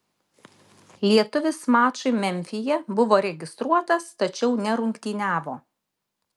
lietuvis mačui memfyje buvo registruotas tačiau nerungtyniavo